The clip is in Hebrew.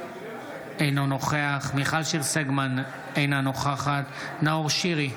אינו נוכח מיכל שיר סגמן, אינה נוכחת נאור שירי,